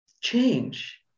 change